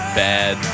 bad